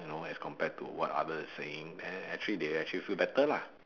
you know as compared to what others are saying and then actually they actually feel better lah